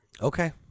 Okay